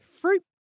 fruit